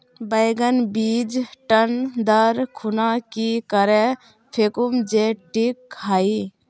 बैगन बीज टन दर खुना की करे फेकुम जे टिक हाई?